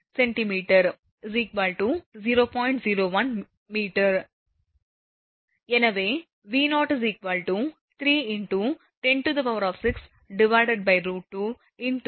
01 மீ எனவே V0 3 × 106 √2 × 0